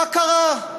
מה קרה?